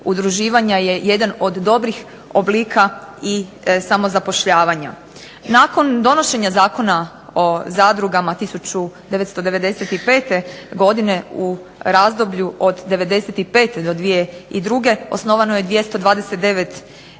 udruživanja je jedan od dobrih oblika i samozapošljavanja. Nakon donošenja Zakona o zadrugama 1995. godine u razdoblju od '95. do 2002. osnovano je 229